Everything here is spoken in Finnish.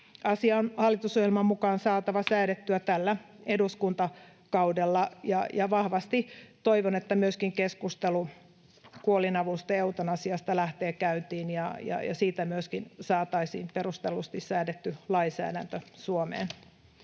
Asia on hallitusohjelman mukaan saatava säädettyä tällä eduskuntakaudella. Ja vahvasti toivon, että myöskin keskustelu kuolinavusta ja eutanasiasta lähtee käyntiin ja siitä myöskin saataisiin perustellusti säädetty lainsäädäntö Suomeen.